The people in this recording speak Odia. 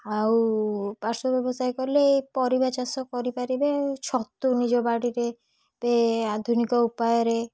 ଆଉ ପାର୍ଶ୍ଵ ବ୍ୟବସାୟ କଲେ ପରିବା ଚାଷ କରିପାରିବେ ଛତୁ ନିଜ ବାଡ଼ିରେ ଆଧୁନିକ ଉପାୟରେ